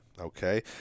Okay